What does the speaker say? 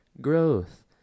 growth